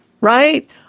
right